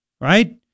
Right